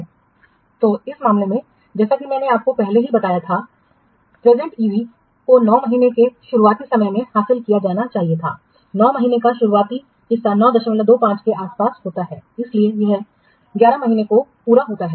तो इस मामले में जैसा कि मैंने आपको पहले ही बताया है वर्तमान ईवी को 9 महीने के शुरुआती भाग में हासिल किया जाना चाहिए था 9 महीने का शुरुआती हिस्सा 925 के आसपास होता है लेकिन यह 11 महीने 11 को पूरा होता है